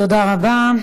תודה רבה.